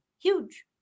huge